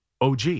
OG